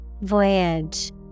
Voyage